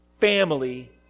family